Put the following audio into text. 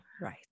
Right